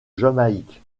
jamaïque